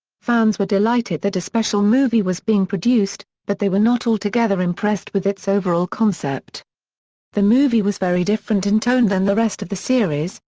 fans were delighted that a special movie was being produced, but they were not altogether impressed with its overall concept the movie was very different in tone than the rest of the series,